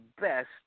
best